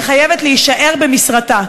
שחייבת להישאר במשרתה.